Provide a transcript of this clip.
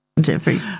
Jeffrey